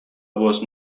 was